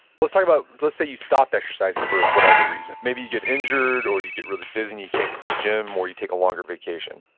let's talk about, let's say you stop exercising for whatever reason. maybe you get injured or you get really busy and you can't get to the gym or you take a longer vacation,